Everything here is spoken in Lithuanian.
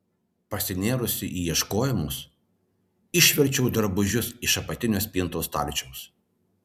pasinėrusi į ieškojimus išverčiu drabužius iš apatinio spintos stalčiaus